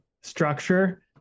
structure